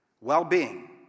well-being